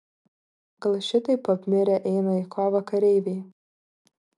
gal šitaip apmirę eina į kovą kareiviai